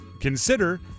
consider